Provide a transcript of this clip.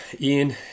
Ian